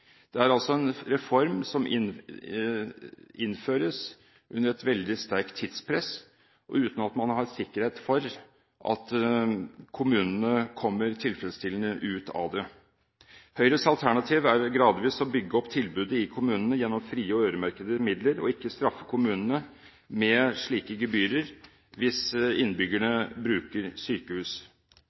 Det er en reform som innføres under et veldig sterkt tidspress, og uten at man har sikkerhet for at kommunene kommer tilfredsstillende ut av det. Høyres alternativ er gradvis å bygge opp tilbudet i kommunene gjennom frie og øremerkede midler og ikke straffe kommunene med slike gebyrer hvis innbyggerne bruker sykehus.